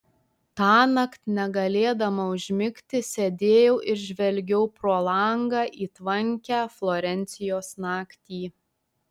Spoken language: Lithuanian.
tąnakt negalėdama užmigti sėdėjau ir žvelgiau pro langą į tvankią florencijos naktį